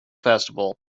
festival